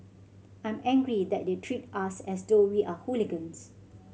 I'm angry that they treat us as though we are hooligans